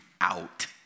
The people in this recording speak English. out